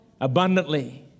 abundantly